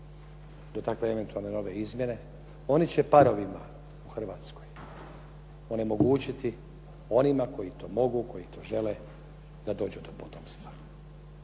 do takve eventualne nove izmjene, oni će parovima u Hrvatskoj onemogućiti onima koji to mogu, koji to žele da dođu do potomstva.